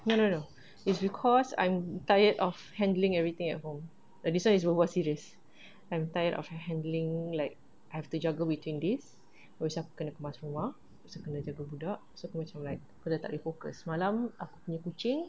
no no no it's because I'm tired of handling everything at home err this [one] is berbual serious I'm tired of handling like I have to juggle between this lepas tu aku kena kemas rumah lepas tu kena jaga budak so aku macam like macam tak boleh focus semalam aku punya kucing